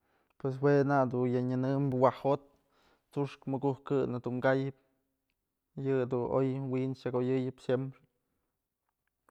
Jua nak dun ya nyënëm waj jot t'suxk mukuk këw kayëp yëdun o'o wi'in xak oyëyëp siemprem.